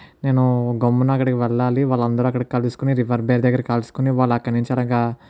నేను గమ్మున అక్కడికి వెళ్లాలి వాళ్ళందరూ అక్కడ కలుసుకొని రివర్ బే దగ్గర కలుసుకుని వాళ్ళ అక్కడ అలాగా